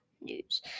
news